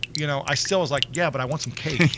you know i still was like yeah but i want some cake.